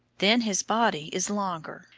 then his body is longer,